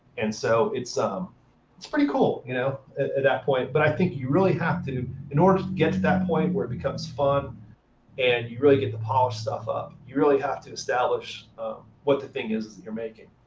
and so it's um it's pretty cool you know at that point. but i think you really have to in order to get to that point where it becomes fun and you really get to polish stuff up, you really have to establish what the thing is you're making.